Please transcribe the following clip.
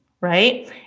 right